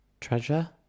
Treasure